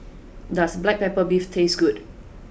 does black pepper beef taste good